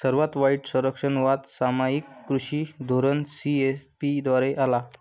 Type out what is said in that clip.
सर्वात वाईट संरक्षणवाद सामायिक कृषी धोरण सी.ए.पी द्वारे आला